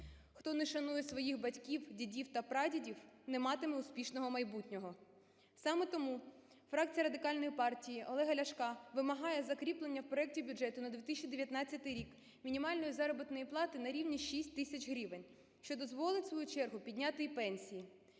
Хто не шанує своїх батьків, дідів та прадідів, не матиме успішного майбутнього. Саме тому фракція Радикальної партії Олега Ляшка вимагає закріплення в проекті бюджету на 2019 рік мінімальної заробітної плати на рівні 6 тисяч гривень, що дозволить у свою чергу підняти і пенсії.